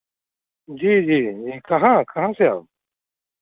जी जी जी कहाँ कहाँ से हैं आप